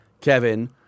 Kevin